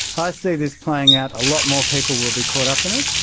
i see this playing out, a lot more people will be caught up in it,